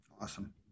Awesome